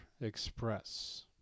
Express